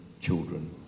children